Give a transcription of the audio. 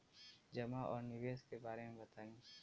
जमा और निवेश के बारे मे बतायी?